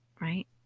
right